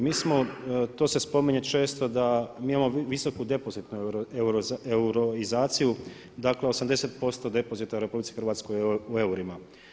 Mi smo, to se spominje često da mi imamo visoku depozitnu euroizaciju, dakle 80% depozita u RH je u eurima.